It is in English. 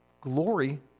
glory